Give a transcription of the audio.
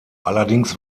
allerdings